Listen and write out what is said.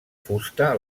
fusta